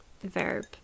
Verb